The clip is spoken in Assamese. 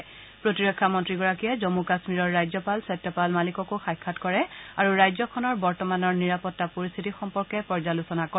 সীমান্ত প্ৰতিৰক্ষামন্ত্ৰীগৰাকীয়ে জম্মু কাম্মীৰৰ ৰাজ্যপাল সত্যপাল মালিককো সাক্ষাৎ কৰে আৰু ৰাজ্যখনৰ বৰ্তমানৰ নিৰাপত্তা পৰিস্থিতি সম্পৰ্কে পৰ্যালোচনা কৰে